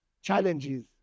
challenges